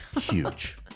Huge